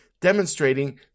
demonstrating